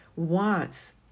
Wants